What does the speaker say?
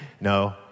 No